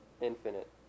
infinite